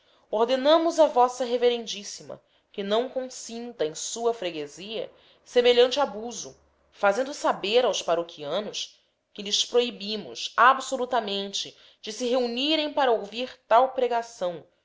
ordenamos a v revma que não consinta em sua freguesia semelhante abuso fazendo saber aos paroquianos que lhes proibimos absolutamente de se reunirem para ouvir tal pregação